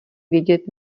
vědět